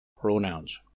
pronouns